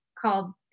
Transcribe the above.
called